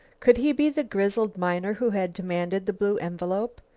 could he be the grizzled miner who had demanded the blue envelope?